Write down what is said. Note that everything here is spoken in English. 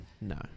No